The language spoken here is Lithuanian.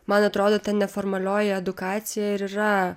man atrodo ta neformalioji edukacija ir yra